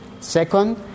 Second